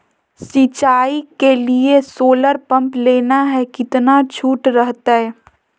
सिंचाई के लिए सोलर पंप लेना है कितना छुट रहतैय?